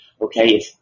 Okay